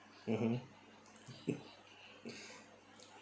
mmhmm